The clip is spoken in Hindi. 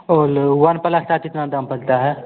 और वन प्लस का कितना दाम पड़ता है